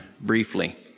briefly